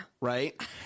Right